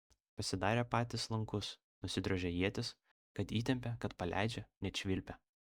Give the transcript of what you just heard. pasidarė patys lankus nusidrožė ietis kad įtempia kad paleidžia net švilpia